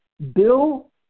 Bill